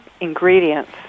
ingredients